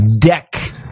Deck